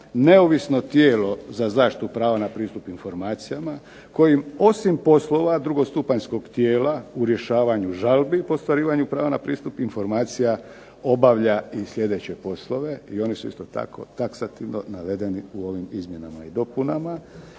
neovisno tijelo za zaštitu prava na pristup informacijama kojim osim poslova drugostupanjskog tijela u rješavanju žalbi po ostvarivanju prava na pristup informacija obavlja i sljedeće poslove i oni su isto tako taksativno navedeni u ovim izmjenama i dopunama